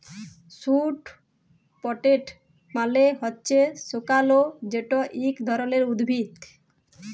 sweet potato মালে হছে শাঁকালু যেট ইক ধরলের উদ্ভিদ